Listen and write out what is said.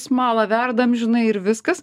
smalą verda amžinai ir viskas